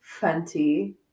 fenty